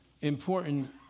important